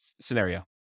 scenario